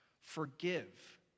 forgive